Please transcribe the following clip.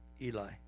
Eli